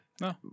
No